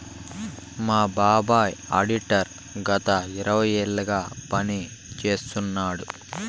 మా బాబాయ్ ఆడిటర్ గత ఇరవై ఏళ్లుగా పని చేస్తున్నాడు